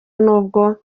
n’ubwo